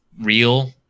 real